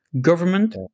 government